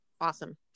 Awesome